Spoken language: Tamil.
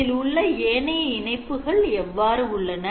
இதிலுள்ள ஏனைய இணைப்புகள் எவ்வாறு உள்ளன